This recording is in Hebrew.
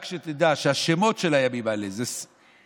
רק שתדע שהשמות של הימים האלה זה סטרנורא,